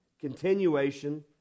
Continuation